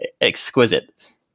exquisite